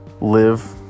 live